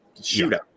shootout